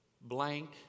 blank